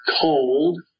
cold